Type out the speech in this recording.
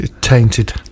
tainted